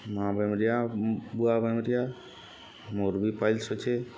ମାଆ ବେମ୍ରିଆ ବୁଆ ବେମ୍ରିଆ ମୋର୍ ବି ପାଇଲ୍ସ ଅଛେ